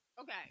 Okay